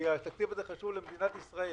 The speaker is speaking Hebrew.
כי התקציב הזה חשוב למדינת ישראל.